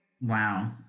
Wow